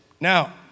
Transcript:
Now